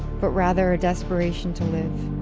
but rather, a desperation to live,